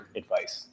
advice